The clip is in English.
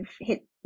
hit